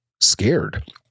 scared